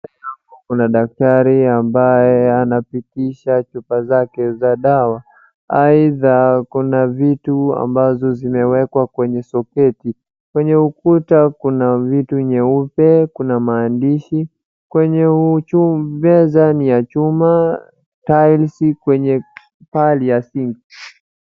Mbele yangu kuna daktari ambaye anapitisha chupa zake za dawa, aidha kuna vitu ambazo zimewekwa kwenye soketi, kwenye ukuta kuna vitu nyeupe, kuna maandishi, kwenye chumba meza ni ya chuma, tiles kwenye paa ya sink .